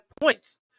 points